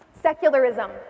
secularism